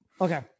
Okay